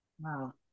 Wow